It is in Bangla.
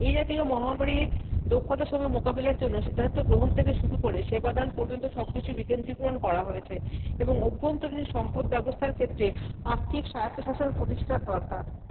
এই জাতীয় মহামারী দক্ষতার সঙ্গে মোকাবিলার জন্য সিদ্ধান্ত গ্রহণ থেকে শুরু করে সেবাদান পর্যন্ত সব কিছুই বিকেন্দ্রিপূরণ করা হয়েছে এবং অভ্যন্তরীণ সম্পদ ব্যবস্থার ক্ষেত্রে আর্থিক সাহা প্রতিষ্ঠার দরকার